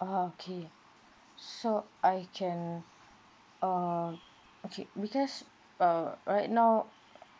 okay so I can err okay because uh right now